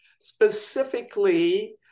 specifically